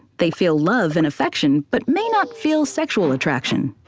they feel love and affection, but may not feel sexual attraction.